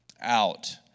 out